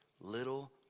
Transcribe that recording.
little